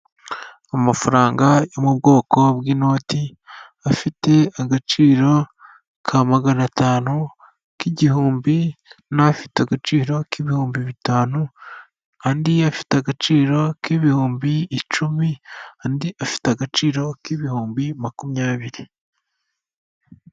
Amafaranga yo mu bwoko bw'inoti afite agaciro ka magana atanu, k'igihumbi n'afite agaciro k'ibihumbi bitanu andi afite agaciro k ibihumbi icumi andi afite agaciro k'ibihumbi makumyabiri.